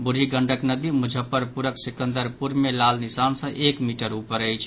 बूढ़ी गंडक नदी मुजफ्फरपुरक सिकंदरपुर मे लाल निशान सँ एक मीटर ऊपर अछि